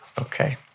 Okay